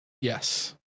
Yes